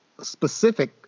specific